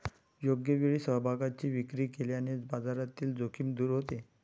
योग्य वेळी समभागांची विक्री केल्याने बाजारातील जोखीम दूर होते